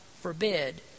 forbid